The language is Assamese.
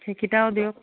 সেইকেইটাও দিয়ক